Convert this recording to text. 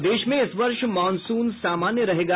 और देश में इस वर्ष मॉनसून सामान्य रहेगा